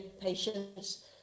patients